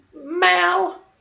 Mal